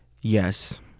Yes